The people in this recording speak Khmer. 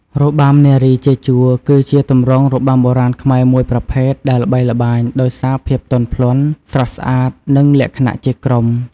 របាំនារីជាជួរ គឺជាទម្រង់របាំបុរាណខ្មែរមួយប្រភេទដែលល្បីល្បាញដោយសារភាពទន់ភ្លន់ ស្រស់ស្អាត និងលក្ខណៈជាក្រុម។